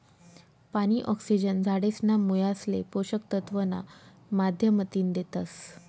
पानी, ऑक्सिजन झाडेसना मुयासले पोषक तत्व ना माध्यमतीन देतस